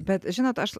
bet žinot aš